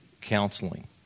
counseling